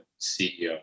CEO